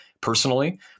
personally